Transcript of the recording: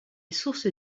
source